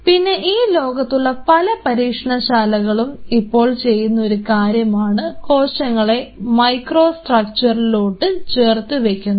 പിന്നെ ഈ ലോകത്തിലുള്ള പല പരീക്ഷണശാലകളും ഇപ്പോൾ ചെയ്യുന്ന ഒരു കാര്യമാണ് കോശങ്ങളെ മൈക്രോസ്ട്രക്ക്ച്ചറിലോട്ട് ചേർത്തു വയ്ക്കുന്നത്